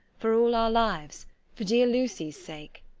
for all our lives for dear lucy's sake?